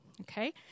Okay